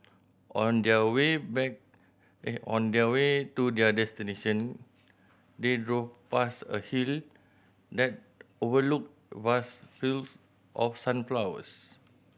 on there way back on there way to their destination they drove past a hill that overlooked vast fields of sunflowers